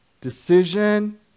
decision